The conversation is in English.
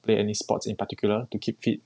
play any sports in particular to keep fit